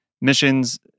missions